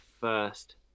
first